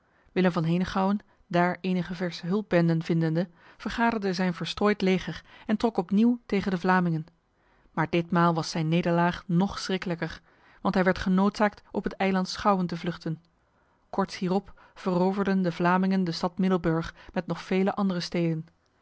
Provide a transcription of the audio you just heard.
willem van henegouwen daar enige verse hulpbenden vindende vergaderde zijn verstrooid leger en trok opnieuw tegen de vlamingen maar ditmaal was zijn nederlaag nog schriklijker want hij werd genoodzaakt op het eiland schouwen te vluchten korts hierop veroverden de vlamingen de stad middelburg met nog vele andere steden